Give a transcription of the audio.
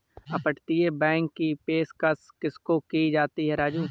अपतटीय बैंक की पेशकश किसको की जाती है राजू?